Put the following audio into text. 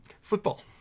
Football